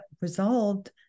resolved